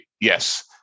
yes